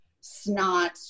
snot